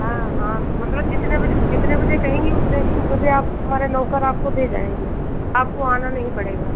हाँ हाँ मतलब जितने बजे जितने बजे कहेंगी उतने बजे आपको हमारे नौकर आपको दे जाएँगे आपको आना नहीं पड़ेगा